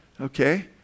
Okay